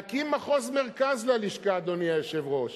להקים מחוז מרכז ללשכה, אדוני היושב-ראש.